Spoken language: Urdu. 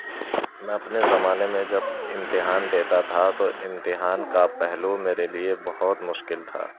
میں اپنے زمانے میں جب امتحان دیتا تھا تو امتحان کا پہلو میرے لیے بہت مشکل تھا